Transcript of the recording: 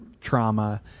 trauma